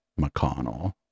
McConnell